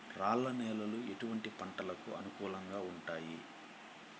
రాళ్ల నేలలు ఎటువంటి పంటలకు అనుకూలంగా ఉంటాయి?